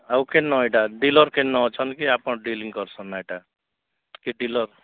ଆଉ କିନ୍ ନ ଏଇଟା ଡିଲର୍ କିନ୍ ଅଛନ୍ କି ଆପଣ ଡିଲିଙ୍ଗ୍ କରୁସନ୍ ଏଇଟା କି ଡିଲର୍